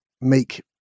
make